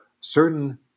certain